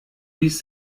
ließ